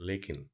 लेकिन